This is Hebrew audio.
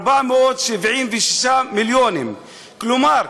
כלומר,